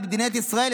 במדינת ישראל,